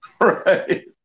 Right